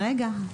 רגע,